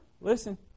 Listen